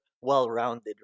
well-rounded